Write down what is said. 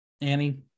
Annie